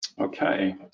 Okay